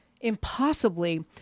impossibly